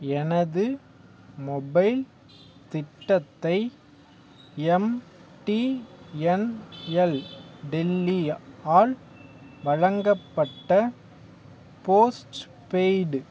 எனது மொபைல் திட்டத்தை எம்டிஎன்எல் டெல்லி ஆல் வழங்கப்பட்ட போஸ்ட்பெய்டு